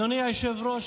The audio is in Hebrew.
אדוני היושב-ראש,